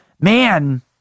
man